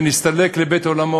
שנסתלק לבית-עולמו